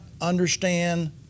understand